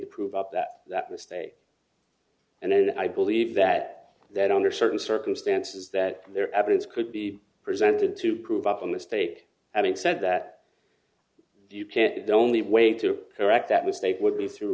to prove up that that the state and then i believe that that under certain circumstances that their evidence could be presented to prove up a mistake having said that you can't the only way to correct that mistake would be through